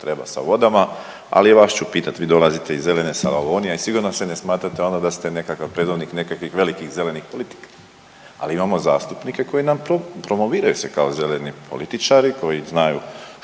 treba sa vodama, ali i vas ću pitati. Vi dolazite iz zelene Slavonije i sigurno se ne smatrate ono da ste nekakav predvodnik nekakvih velikih zelenih politika, ali imamo zastupnike koji nam se promoviraju se kao zeleni političari, koji znaju što